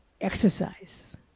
exercise